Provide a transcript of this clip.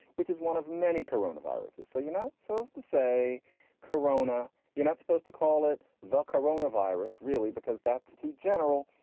which is one of many corona viruses. so you're not supposed to say corona. you're not supposed to call it the coronavirus, really? because that's too general.